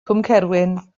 cwmcerwyn